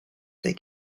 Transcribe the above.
they